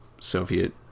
Soviet